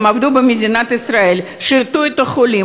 הם עבדו במדינת ישראל, שירתו את החולים.